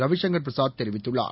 ரவிசங்கர் பிரசாத் தெரிவித்துள்ளார்